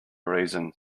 reason